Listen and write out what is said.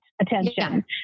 attention